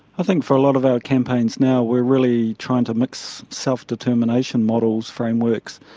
think for a lot of our campaigns now we're really trying to mix self determination models, frameworks,